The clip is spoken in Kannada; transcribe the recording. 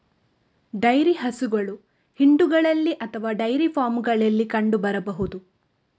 ಡೈರಿ ಹಸುಗಳು ಹಿಂಡುಗಳಲ್ಲಿ ಅಥವಾ ಡೈರಿ ಫಾರ್ಮುಗಳಲ್ಲಿ ಕಂಡು ಬರಬಹುದು